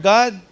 God